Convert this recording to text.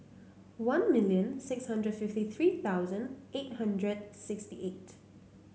one million six hundred fifty three thousand eight hundred sixty eight